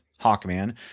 Hawkman